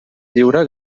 lliure